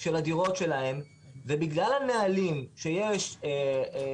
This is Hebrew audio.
של הדירות שלהם ובגלל הנהלים שמוכתבים